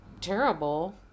terrible